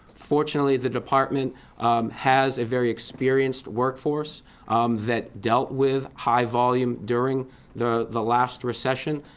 fortunately, the department has a very experienced workforce that dealt with high volume during the the last recession.